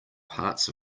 parts